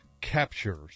Captures